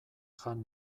jan